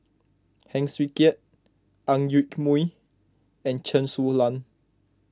Heng Swee Keat Ang Yoke Mooi and Chen Su Lan